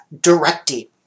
directly